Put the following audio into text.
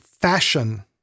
fashion